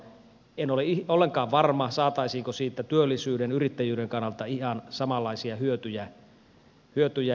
en ole ollenkaan varma saataisiinko siitä työllisyyden yrittäjyyden kannalta ihan samanlaisia hyötyjä